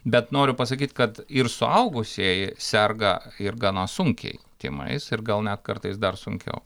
bet noriu pasakyt kad ir suaugusieji serga ir gana sunkiai tymais ir gal net kartais dar sunkiau